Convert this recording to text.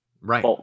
Right